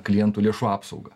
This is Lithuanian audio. klientų lėšų apsaugą